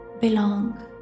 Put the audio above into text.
belong